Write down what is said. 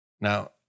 Now